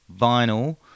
vinyl